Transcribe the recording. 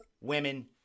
Women